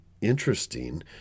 interesting